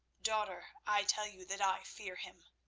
daughter, i tell you that i fear him.